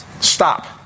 Stop